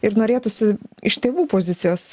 ir norėtųsi iš tėvų pozicijos